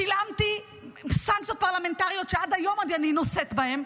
שילמתי בסנקציות פרלמנטריות שעד היום אני נושאת בהן,